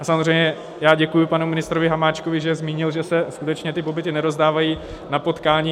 A samozřejmě děkuji panu ministrovi Hamáčkovi, že zmínil, že se skutečně ty pobyty nerozdávají na potkání.